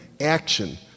action